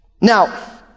Now